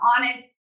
honest